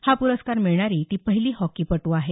हा पुरस्कार मिळणारी ती पहिली हॉकीपटू आहे